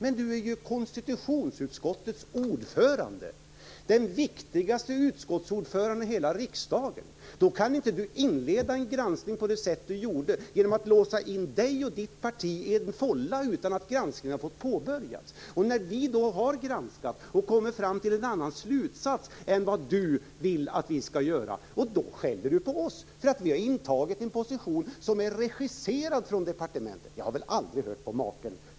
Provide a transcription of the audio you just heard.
Men han är ju konstitutionsutskottets ordförande, den viktigaste utskottsordföranden i hela riksdagen! Då kan han inte inleda en granskning på det sätt han gjorde genom att låsa in sig och sitt parti i en fålla utan att granskningen har fått påbörjas. Och när vi har granskat och kommit fram till en annan slutsats än vad han vill att vi ska göra skäller han på oss för att vi har intagit en position som är regisserad från departementet. Jag har väl aldrig hört på maken!